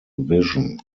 vision